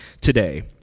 today